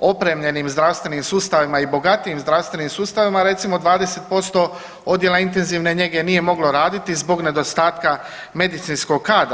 opremljenim zdravstvenim sustavima i bogatijim zdravstvenim sustavima, recimo 20% odjela intenzivne njege nije moglo raditi zbog nedostatka medicinskog kadra.